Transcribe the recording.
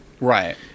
Right